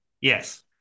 Yes